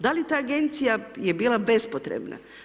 Da li ta agencija je bila bespotrebna?